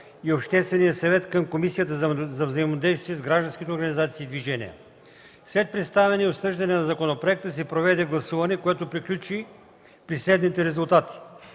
и Общественият съвет към Комисията за взаимодействие с граждански организации и движения. След представяне и обсъждане на законопроекта се проведе гласуване, което приключи при следните резултати: